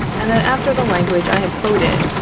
and that after the language i have quoted,